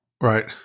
right